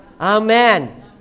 Amen